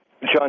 John